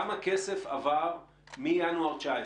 כמה כסף עבר מינואר 2019?